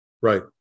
Right